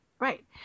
Right